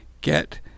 get